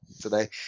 today